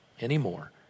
anymore